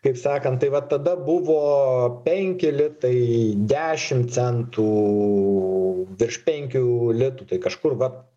kaip sakant tai va tada buvo penki litai dešim centų virš penkių litų tai kažkur va